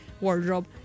wardrobe